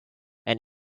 and